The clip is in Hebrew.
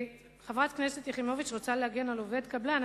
כשחברת הכנסת יחימוביץ רוצה להגן על עובד קבלן,